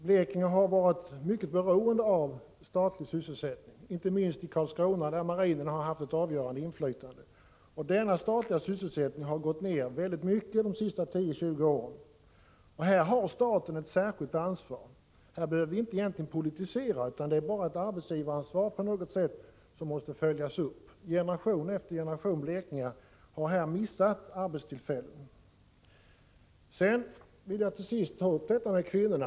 Blekinge har varit mycket beroende av statlig sysselsättning — inte minst i Karlskrona, där marinen har haft ett avgörande inflytande. Denna statliga sysselsättning har minskat mycket kraftigt de senaste 10-20 åren. Här har staten ett mycket stort ansvar. Här behöver vi egentligen inte politisera, utan det gäller bara ett arbetsgivaransvar som måste följas upp på något sätt. Generation efter generation blekingar har här missat arbetstillfällen. Sedan vill jag ta upp frågan om kvinnorna.